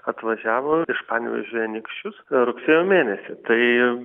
atvažiavo iš panevėžio į anykščius rugsėjo mėnesį tai